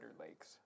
lakes